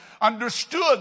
understood